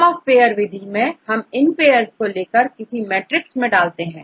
some of pair विधि में हम इन पेयर्स को लेकर किसी मैट्रिक्स में डालते हैं